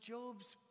Job's